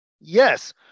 Yes